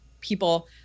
people